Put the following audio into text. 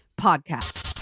Podcast